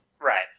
right